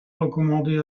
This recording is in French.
recommander